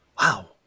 wow